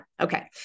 Okay